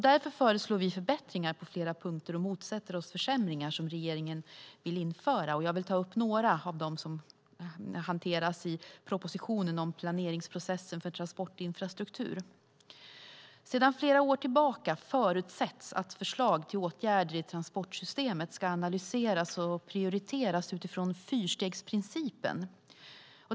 Därför föreslår vi förbättringar på flera punkter och motsätter oss försämringar som regeringen vill införa. Jag vill ta upp några av dem som hanteras i propositionen om planeringsprocessen för transportinfrastruktur. Sedan flera år tillbaka förutsätts att förslag till åtgärder i transportsystemet ska analyseras och prioriteras utifrån fyrstegsprincipen.